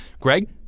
greg